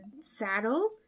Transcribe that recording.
saddle